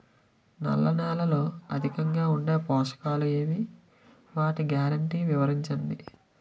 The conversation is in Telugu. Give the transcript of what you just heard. నల్ల నేలలో అధికంగా ఉండే పోషకాలు ఏవి? వాటి గ్యారంటీ వివరించండి?